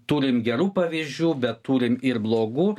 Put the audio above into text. turim gerų pavyzdžių bet turim ir blogų